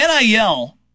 NIL